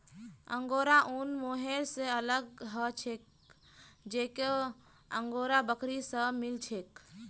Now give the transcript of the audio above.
angora ऊन mohair स अलग ह छेक जेको अंगोरा बकरी स मिल छेक